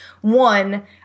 One